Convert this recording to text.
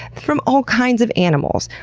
from all kinds of animals.